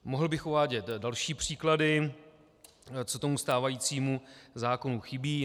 Mohl bych uvádět další příklady, co tomu stávajícímu zákonu chybí.